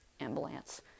ambulance